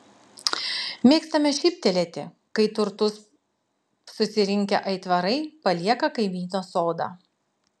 mėgstame šyptelėti kai turtus susirinkę aitvarai palieka kaimyno sodą